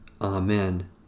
Amen